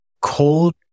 cold